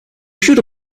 should